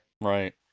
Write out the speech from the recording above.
Right